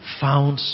found